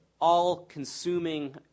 all-consuming